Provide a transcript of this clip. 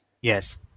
Yes